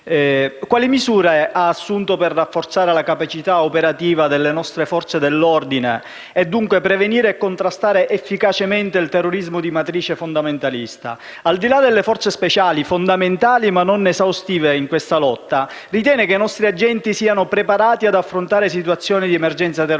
Quali misure ha assunto per rafforzare la capacità operativa delle nostre Forze dell'ordine e, dunque, per prevenire e contrastare efficacemente il terrorismo di matrice fondamentalista? Al di là delle forze speciali, fondamentali ma non esaustive in questa lotta, ritiene che i nostri agenti siano preparati ad affrontare situazioni di emergenza terroristica?